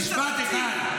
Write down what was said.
משפט אחד.